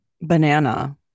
Banana